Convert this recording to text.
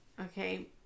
Okay